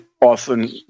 Often